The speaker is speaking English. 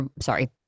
sorry